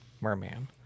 Merman